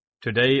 Today